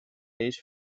days